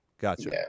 gotcha